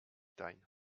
dein